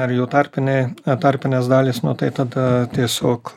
ar jų tarpiniai tarpinės dalys nu tai tada tiesiog